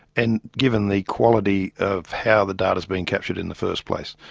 and given the quality of how the data has been captured in the first place.